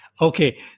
Okay